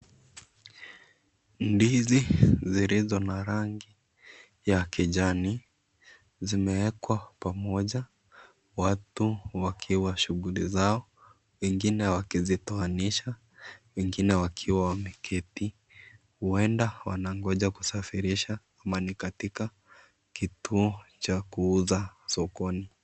Ndizi zilizo na rangi ya kijani zimewekwa pamoja watu wakiwa shughuli zao, wengine wakizitoanisha, wengine wakiwa wameketi, huenda wanangoja kusafirisha ama ni katika kituo cha kuuza sokoni.